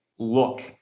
look